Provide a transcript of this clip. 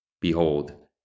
Behold